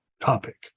topic